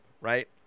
right